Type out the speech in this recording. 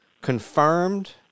confirmed